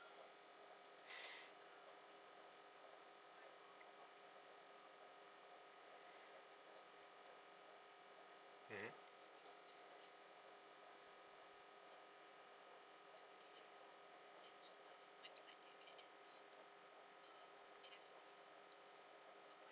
mmhmm